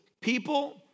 people